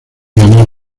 ganar